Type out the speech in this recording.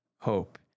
hope